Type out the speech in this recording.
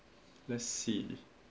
let's see